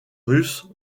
russe